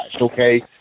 okay